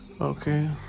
Okay